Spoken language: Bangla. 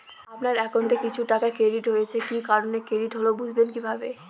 আপনার অ্যাকাউন্ট এ কিছু টাকা ক্রেডিট হয়েছে কি কারণে ক্রেডিট হল বুঝবেন কিভাবে?